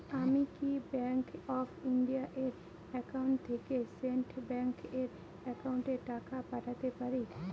আমি কি bank of India এর একাউন্ট থেকে স্টেট ব্যাংক এর একাউন্টে টাকা পাঠাতে পারি?